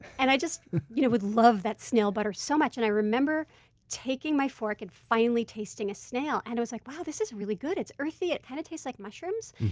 and i just you know would love that snail butter so much, and i remember taking my fork and finally tasting a snail, and i was like, wow this is really good. it's earthy, it kind of tastes like mushrooms.